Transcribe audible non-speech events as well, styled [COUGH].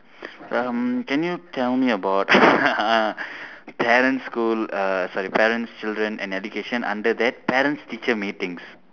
um can you tell me about [LAUGHS] parents school uh sorry parents children and education under that parents teacher meetings